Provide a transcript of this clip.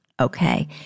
okay